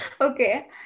okay